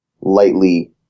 lightly